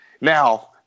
Now